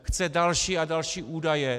Chce další a další údaje.